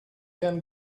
can